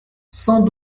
cent